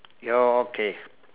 ya okay